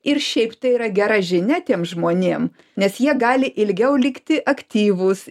ir šiaip tai yra gera žinia tiem žmonėm nes jie gali ilgiau likti aktyvūs